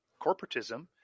corporatism